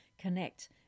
Connect